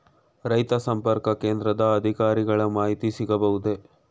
ರೈತ ಸಂಪರ್ಕ ಕೇಂದ್ರದ ಅಧಿಕಾರಿಗಳ ಮಾಹಿತಿ ಸಿಗಬಹುದೇ?